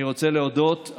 אני רוצה להודות,